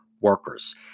workers